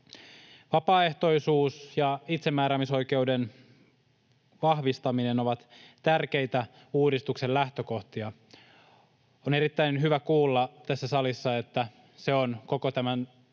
Vapaaehtoisuus ja itsemääräämisoikeuden vahvistaminen ovat tärkeitä uudistuksen lähtökohtia. On erittäin hyvä kuulla tässä salissa, että se on koko tämän